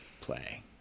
play